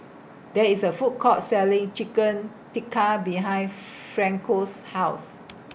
There IS A Food Court Selling Chicken Tikka behind Franco's House